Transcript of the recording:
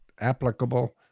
applicable